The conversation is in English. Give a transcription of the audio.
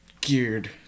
geared